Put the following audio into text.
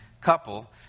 couple